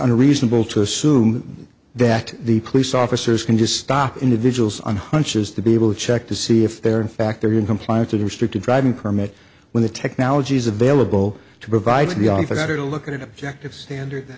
unreasonable to assume that the police officers can just stop individuals on hunches to be able to check to see if they're in fact they're in compliance with a restricted driving permit when the technology is available to provide to be on for that or to look at an objective standard